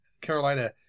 Carolina